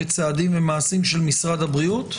צעדים ומעשים של משרד הבריאות,